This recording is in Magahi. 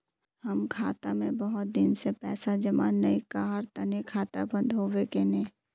हम खाता में बहुत दिन से पैसा जमा नय कहार तने खाता बंद होबे केने?